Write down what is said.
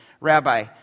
Rabbi